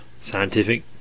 scientific